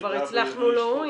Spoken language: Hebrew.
כבר הצלחנו להוריד.